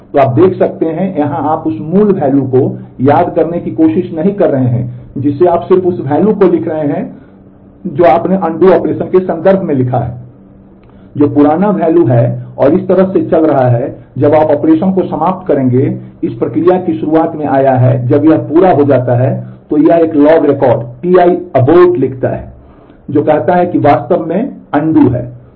तो आप देख सकते हैं कि यहां आप उस मूल वैल्यू है और इस तरह से चल रहा है जब आप ऑपरेशन को समाप्त करेंगे इस एक प्रक्रिया की शुरुआत में आया है जब यह पूरा हो जाता है तो एक लॉग रिकॉर्ड Ti abort लिखा जाता है जो कहता है कि वास्तव में पूर्ववत है